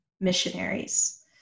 missionaries